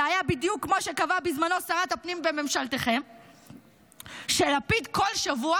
זה היה בדיוק כמו שקבעה בזמנו שרת הפנים בממשלתכם שלפיד כל שבוע